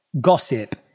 gossip